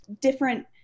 different